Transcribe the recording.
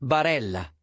Barella